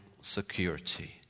security